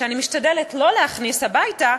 שאני משתדלת לא להכניס הביתה,